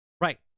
Right